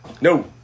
No